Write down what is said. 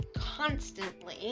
constantly